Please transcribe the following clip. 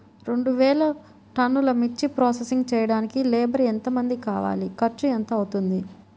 రెండు వేలు టన్నుల మిర్చి ప్రోసెసింగ్ చేయడానికి లేబర్ ఎంతమంది కావాలి, ఖర్చు ఎంత అవుతుంది?